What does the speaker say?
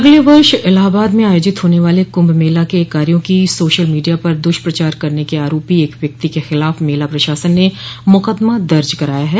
अगले वर्ष इलाहाबाद में आयोजित होने वाले कुंभ मेला के कार्यो की सोशल मीडिया पर दुष्प्रचार करने के आरोपी एक व्यक्ति के खिलाफ मेला प्रशासन ने मुकदमा दर्ज कराया है